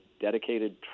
dedicated